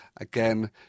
again